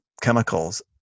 chemicals